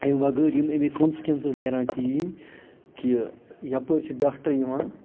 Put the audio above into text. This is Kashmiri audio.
اَمہِ وَغٲر یِم اَمِکۍ کانسِکیُنسٕز نیران چھِ یی کہِ یپٲرۍ چھُ ڈاکٹر یِوان